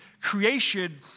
creation